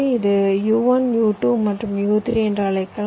இதை u1 u2 மற்றும் u3 என்று அழைக்கலாம்